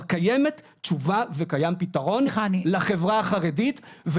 קיימת תשובה וקיים פתרון לחברה החרדית.